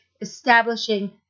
establishing